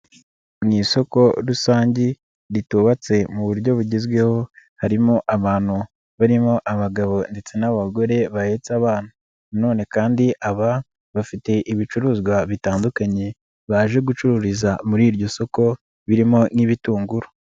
Mu isoko rusange ritubatse mu buryo bugezweho, harimo abantu barimo abagabo ndetse n'abagore bahetse abana, none kandi aba bafite ibicuruzwa bitandukanye baje gucururiza muri iryo soko birimo n'ibitunguru.